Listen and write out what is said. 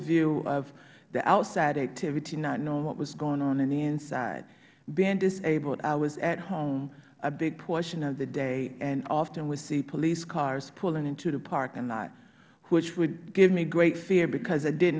view of the outside activity not knowing what was going on on the inside being disabled i was at home a big portion of the day and often would see police cars pulling into the parking lot which would give me great fear because i did